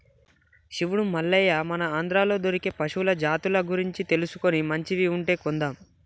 శివుడు మల్లయ్య మన ఆంధ్రాలో దొరికే పశువుల జాతుల గురించి తెలుసుకొని మంచివి ఉంటే కొందాం